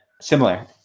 similar